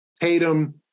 Tatum